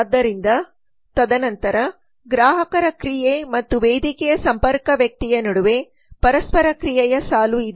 ಆದ್ದರಿಂದ ತದನಂತರ ಗ್ರಾಹಕರ ಕ್ರಿಯೆ ಮತ್ತು ವೇದಿಕೆಯ ಸಂಪರ್ಕ ವ್ಯಕ್ತಿಯ ನಡುವೆ ಪರಸ್ಪರ ಕ್ರಿಯೆಯ ಸಾಲು ಇದೆ